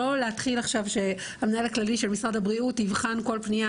לא להתחיל עכשיו שהמנהל הכללי של משרד הבריאות יבחן כל פנייה